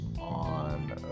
on